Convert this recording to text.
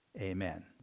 amen